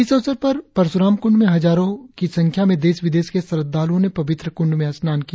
इस अवसर पर परशुरामकुंड में हजारों की संख्या में देश विदेश के श्रद्धालुओं ने पवित्र कूंड में स्नान किया